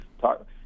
talk